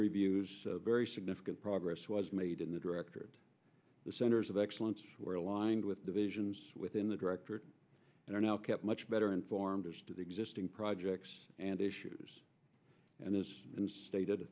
reviews very significant progress was made in the directorate the centers of excellence were aligned with divisions within the directorate and are now kept much better informed as to the existing projects and issues and is in stated a